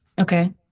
okay